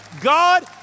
God